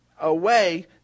away